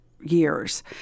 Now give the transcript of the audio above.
years